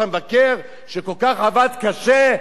שהמבקר שכל כך עבד קשה,